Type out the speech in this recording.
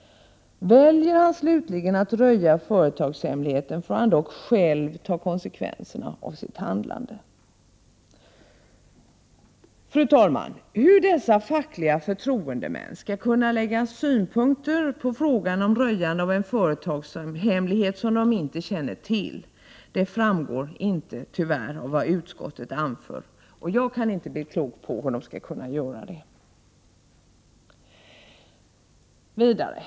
Väljer han slutligen att röja företagshemligheten får han dock själv ta konsekvenserna av sitt handlande.” Fru talman! Hur dessa fackliga förtroendemän skall kunna lägga synpunkter på frågan om röjande av en företagshemlighet som de inte känner till framgår tyvärr inte av vad utskottet anför. Jag kan inte bli klok på hur de skall kunna göra det.